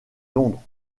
londres